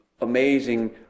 amazing